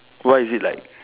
why is it like